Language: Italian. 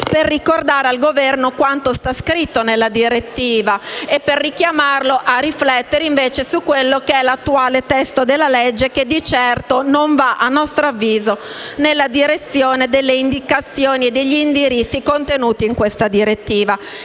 per ricordare al Governo quanto è scritto nella direttiva stessa e per richiamarlo a riflettere sull'attuale testo della legge. Di certo, esso non va - a nostro avviso - nella direzione delle indicazioni e degli indirizzi contenuti in tale direttiva,